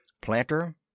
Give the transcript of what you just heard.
Planter